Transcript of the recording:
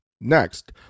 Next